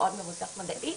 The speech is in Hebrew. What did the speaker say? מאוד מבוסס מדעית,